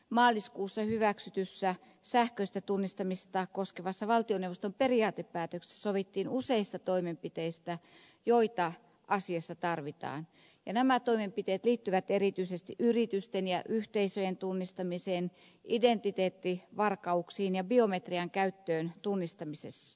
maaliskuussa hyväksytyssä sähköistä tunnistamista koskevassa valtioneuvoston periaatepäätöksessä sovittiin useista toimenpiteistä joita asiassa tarvitaan ja nämä toimenpiteet liittyvät erityisesti yritysten ja yhteisöjen tunnistamiseen identiteettivarkauksiin ja biometrian käyttöön tunnistamisessa